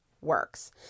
works